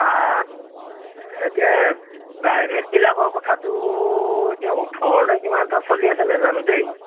পাত এতিয়া প্ৰাইভেটবিলাকৰ কথাটো এতিয়া ওঠৰ নে কিমান টকা চলি আছে নাজানো দেই